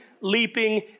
leaping